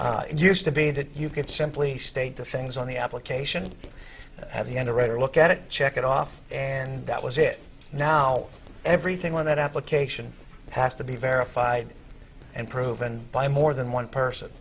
it used to be that you could simply state the things on the application and have the and a writer look at it check it off and that was it now everything on that application has to be verified and proven by more than one person